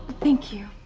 thank you.